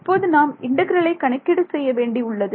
இப்போது நாம் இன்டெக்ரலை கணக்கீடு செய்ய வேண்டி உள்ளது